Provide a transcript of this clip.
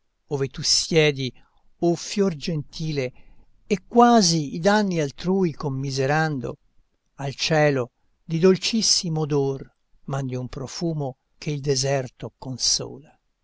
dove tu siedi o fior gentile e quasi i danni altrui commiserando al cielo di dolcissimo odor mandi un profumo che il deserto consola